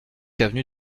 avenue